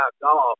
golf